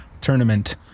tournament